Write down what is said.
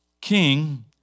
king